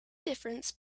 difference